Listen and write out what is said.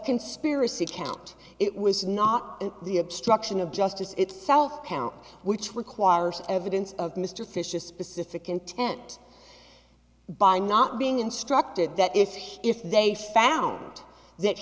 conspiracy count it was not the obstruction of justice itself count which requires evidence of mr fyshe a specific intent by not being instructed that if if they found